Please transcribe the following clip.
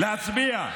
להצביע.